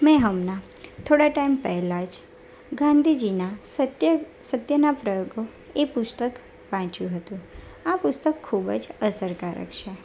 મેં હમણાં થોડા ટાઈમ પહેલાં જ ગાંધીજીના સત્ય સત્યના પ્રયોગો એ પુસ્તક વાંચ્યું હતું આ પુસ્તક ખૂબ જ અસરકારક છે